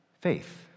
faith